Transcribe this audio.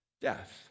death